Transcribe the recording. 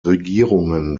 regierungen